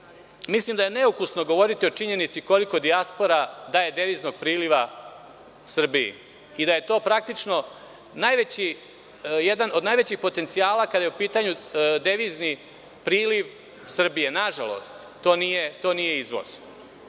da je neukusno govoriti o činjenici koliko dijaspora daje deviznog priliva Srbiji i da je to praktično najveći potencijal kada je u pitanju devizni priliv Srbije. Nažalost, to nije izvoz.